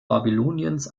babyloniens